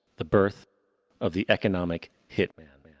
the birth of the economic hitman.